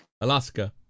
Alaska